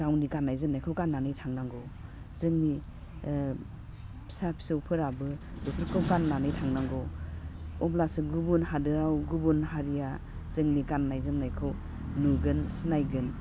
गावनि गान्नाय जोमनायखौ गाननानै थांनांगौ जोंनि फिसा फिसौफोराबो बेफोरखौ गाननानै थांनांगौ अब्लासो गुबुन हादोराव गुबुन हारिया जोंनि गाननाय जोमनायखौ नुगोन सिनायगोन